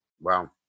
Wow